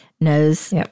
knows